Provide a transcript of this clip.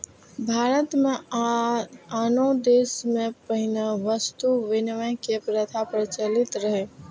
भारत मे आ आनो देश मे पहिने वस्तु विनिमय के प्रथा प्रचलित रहै